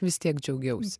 vis tiek džiaugiausi